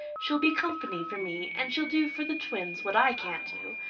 she'll be company for me and she'll do for the twins what i can't do,